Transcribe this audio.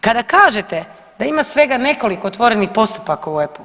Kada kažete da ima svega nekoliko otvorenih postupaka u EPPU-u.